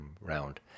round